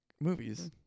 Movies